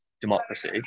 democracy